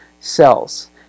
cells